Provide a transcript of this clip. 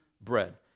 bread